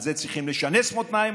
על זה צריכים לשנס מותניים,